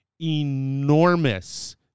enormous